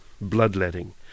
bloodletting